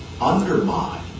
undermine